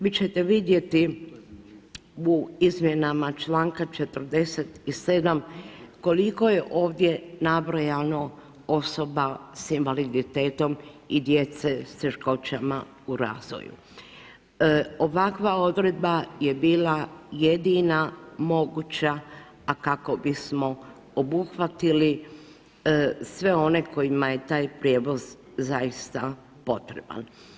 Vi ćete vidjeti u izmjenama čl. 47. koliko je ovdje nabrojano osoba s invaliditetom i djece s teškoćama u razvoju, ova odredba je bila jedina moguća a kako bismo obuhvatili sve one kojima je tak prijevoz zaista potreban.